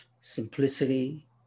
simplicity